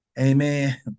Amen